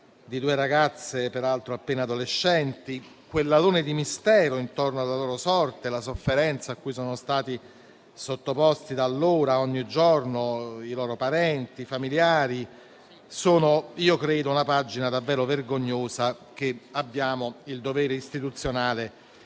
di due ragazze, peraltro appena adolescenti, quell'alone di mistero intorno alla loro sorte, la sofferenza cui sono stati sottoposti da allora, ogni giorno, i loro parenti e familiari rappresentano una pagina davvero vergognosa, che abbiamo il dovere istituzionale